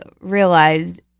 realized